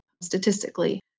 statistically